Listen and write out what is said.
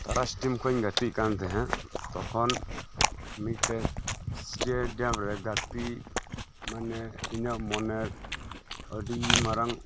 ᱛᱟᱨᱟᱥ ᱴᱤᱢ ᱠᱷᱚᱡ ᱤᱧ ᱜᱟᱛᱮᱜ ᱠᱟᱱ ᱛᱟᱦᱮᱸ ᱛᱚᱠᱷᱚᱱ ᱢᱤᱫᱴᱮᱡ ᱥᱴᱮᱰᱤᱭᱟᱢ ᱨᱮ ᱜᱟᱛᱮᱜ ᱢᱟᱱᱮ ᱤᱧᱟᱜ ᱢᱚᱱᱮ ᱟᱹ ᱰᱤ ᱢᱟᱨᱟᱝ